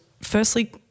firstly